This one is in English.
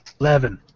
Eleven